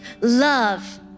love